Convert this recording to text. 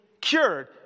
cured